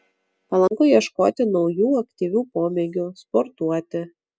palanku ieškoti naujų aktyvių pomėgių sportuoti